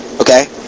Okay